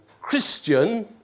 Christian